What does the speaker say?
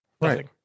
Right